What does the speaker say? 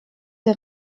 der